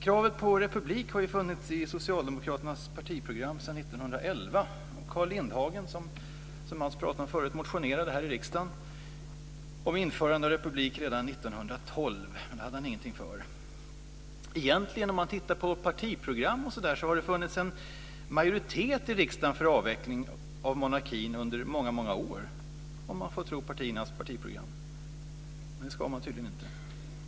Kravet på republik har funnits i Socialdemokraternas partiprogram sedan 1911. Carl Lindhagen, som Mats Einarsson talade om här förut, motionerade här i riksdagen om införande republik redan 1912. Det hade han ingenting för. Om man tittar på partiprogram har det funnits en majoritet i riksdagen för avveckling av monarkin under många år, om man får tro partiernas partiprogram. Men det ska man tydligen inte.